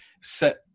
set